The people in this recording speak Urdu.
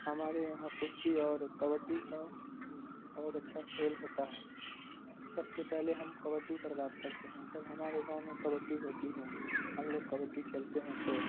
ہمارے یہاں کشتی اور کبڈی کا بہت اچھا کھیل ہوتا ہے سب سے پہلے ہم کبڈی پر بات کرتے ہیں جب ہمارے گاؤں میں کبڈی ہوتی ہے ہم لوگ کبڈی کھیلتے ہیں تو